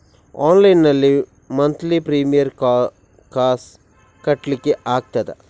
Online ನಲ್ಲಿ monthly premier ಕಾಸ್ ಕಟ್ಲಿಕ್ಕೆ ಆಗ್ತದಾ?